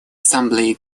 ассамблеи